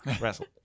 Wrestle